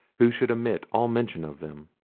who should omit all mention of them.